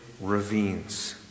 ravines